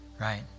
right